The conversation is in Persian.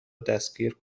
دستگیر